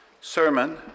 sermon